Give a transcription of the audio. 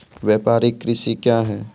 व्यापारिक कृषि क्या हैं?